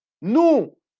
Nous